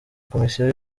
komisiyo